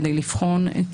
כדי לבחון את